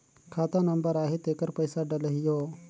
खाता नंबर आही तेकर पइसा डलहीओ?